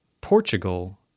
Portugal